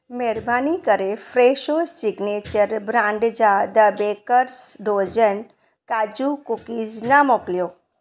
महिरबानी करे Fresho signature brand जा द बेकर्स डोज़न काजू कुकीज़ न मोकिलियो